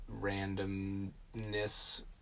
randomness